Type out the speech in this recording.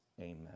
amen